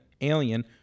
alien